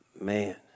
Man